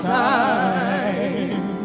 time